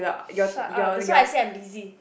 shut up that's why I said I'm busy